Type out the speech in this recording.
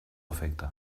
efecte